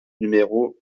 numéro